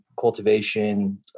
Cultivation